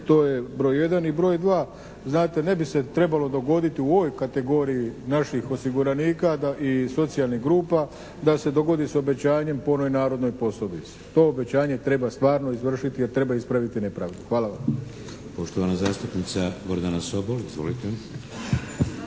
To je broj jedan. I broj dva, znate ne bi se trebalo dogoditi u ovoj kategoriji naših osiguranika i socijalnih grupa da se dogodi s obećanjem po onoj narodnoj poslovici. To obećanje treba stvarno izvršiti, jer treba ispraviti nepravdu. Hvala vam.